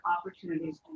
opportunities